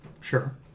Sure